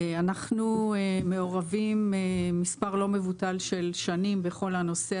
אנחנו מעורבים מספר לא מבוטל של שנים בכל הנושא